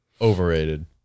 overrated